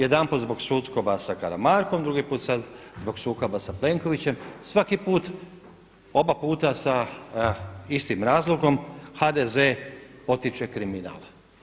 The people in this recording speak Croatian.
Jedanput zbog sukoba sa Karamarkom, drugi put sad zbog sukoba sa Plenkovićem, oba puta sa istim razlogom, HDZ potiče kriminal.